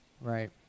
right